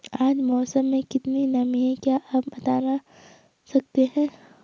आज मौसम में कितनी नमी है क्या आप बताना सकते हैं?